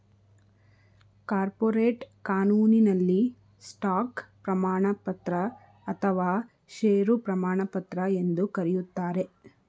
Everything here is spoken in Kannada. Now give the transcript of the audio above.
ಕಾರ್ಪೊರೇಟ್ ಕಾನೂನಿನಲ್ಲಿ ಸ್ಟಾಕ್ ಪ್ರಮಾಣಪತ್ರ ಅಥವಾ ಶೇರು ಪ್ರಮಾಣಪತ್ರ ಎಂದು ಕರೆಯುತ್ತಾರೆ